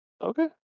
Okay